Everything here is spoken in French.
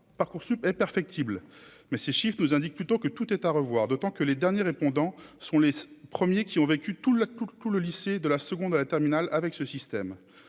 Parcoursup est perfectible, mais ces chiffres nous indique plutôt que tout est à revoir, d'autant que les derniers répondant sont les premiers qui ont vécu tout la coupe tout le lycée de la seconde à la terminale, avec ce système,